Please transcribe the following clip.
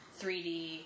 3D